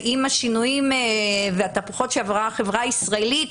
עם השינויים והתהפוכות שעברה החברה הישראלית,